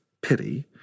pity